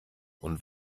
und